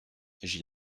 j’y